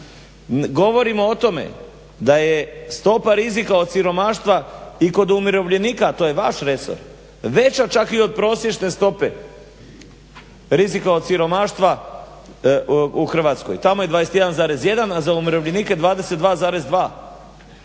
govorimo o tome da je stopa rizika od siromaštva i kod umirovljenika a to je vaš resor, veća čak i od prosječne stope rizika od siromaštva u Hrvatskoj, tamo je 21,1 a za umirovljenike 22,2.